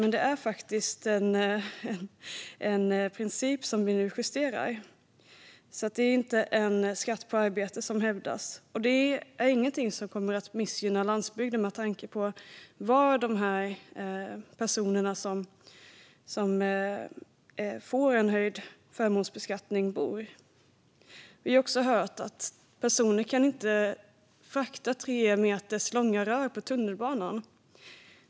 Men det är faktiskt en princip som vi nu justerar. Det är alltså inte en skatt på arbete, vilket hävdas. Det är inte heller någonting som kommer att missgynna landsbygden, med tanke på var personerna som får höjd förmånsbeskattning bor. Vi har också hört att en person inte kan frakta tre meter långa rör på tunnelbanan.